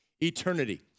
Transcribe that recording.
eternity